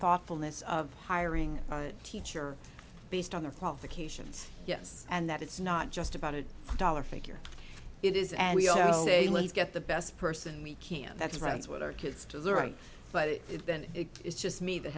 thoughtfulness of hiring a teacher based on their qualifications yes and that it's not just about a dollar figure it is and we also say let's get the best person we can that's right that's what our kids to learn but then it is just me that